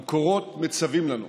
המקורות מצווים לנו: